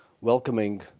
welcoming